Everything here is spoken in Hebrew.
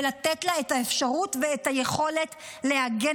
ולתת לה את האפשרות ואת היכולת להגן